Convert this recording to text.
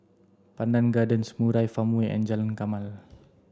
Pandan Gardens Murai Farmway and Jalan Jamal